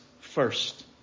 first